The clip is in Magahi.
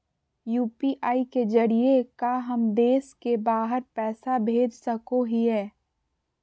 यू.पी.आई के जरिए का हम देश से बाहर पैसा भेज सको हियय?